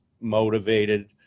motivated